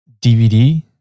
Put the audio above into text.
DVD